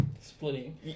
splitting